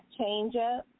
changeup